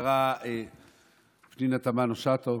השרה פנינה תמנו שטה,